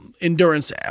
endurance